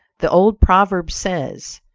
the old proverb says,